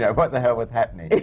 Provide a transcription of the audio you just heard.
yeah what the hell was happening?